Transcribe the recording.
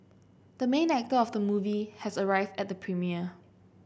the main actor of the movie has arrived at the premiere